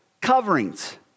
coverings